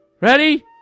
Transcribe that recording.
Ready